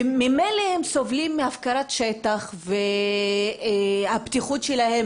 ממילא הם סובלים מהפקרת שטח והבטיחות שלהם